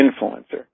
influencer